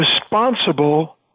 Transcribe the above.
responsible